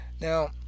Now